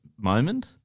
moment